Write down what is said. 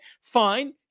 fine